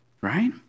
right